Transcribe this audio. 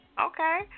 Okay